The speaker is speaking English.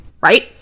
right